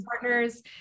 partners